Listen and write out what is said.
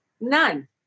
none